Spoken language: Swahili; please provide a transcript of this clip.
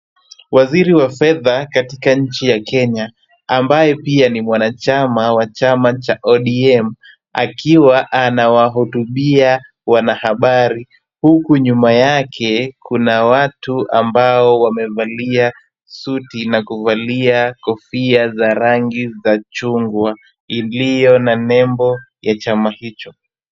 Waziri wa fedha katika nchi ya Kenya ambaye pia ni mwanachama wa chama cha ODM, akiwa anawahutubia wanahabari huku nyuma yake kuna watu ambao wamevalia suti na kuvalia kofia za rangi za chungwa iliyo na nembo ya chama hicho.